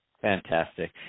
Fantastic